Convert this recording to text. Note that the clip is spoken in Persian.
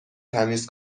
تمیز